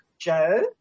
Joe